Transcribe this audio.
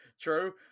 true